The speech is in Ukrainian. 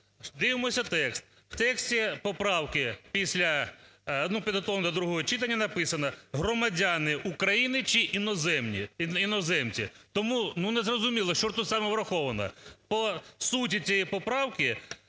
Дивимося текст, в тексті поправки після, підготовлено до другого читання, написано "громадяни України чи іноземці". Тому незрозуміло, що саме тут враховано. По суті цієї поправки